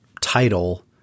title